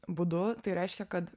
būdu tai reiškia kad